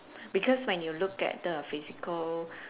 because when you look at the physical